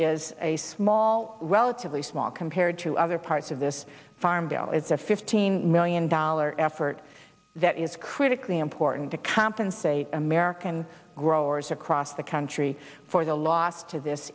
is a small relatively small compared to other parts of this farm bill is a fifteen million dollar effort that is critically important to compensate american growers across the country for the loss to this